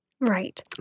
Right